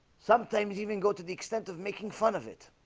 sometimes even go to the extent of making fun of it